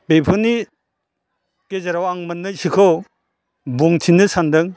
बेफोरनि गेजेराव आं मोननैसोखौ बुंथिनो सान्दों